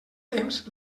temps